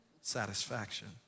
satisfaction